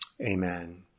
Amen